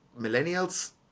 millennials